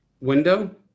Window